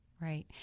Right